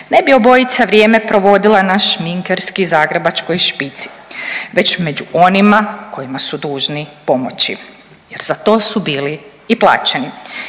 Ne bi obojica vrijeme provodila na šminkerski zagrebačkoj špici već među onima kojima su dužni pomoći jer za to su bili i plaćeni.